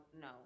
no